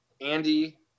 andy